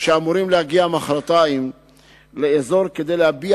שאמורים להגיע מחרתיים לאזור כדי להביע